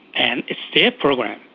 and it's their program.